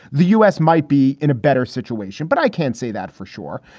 the u s. might be in a better situation. but i can't say that for sure,